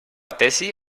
tesi